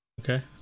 Okay